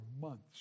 months